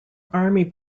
army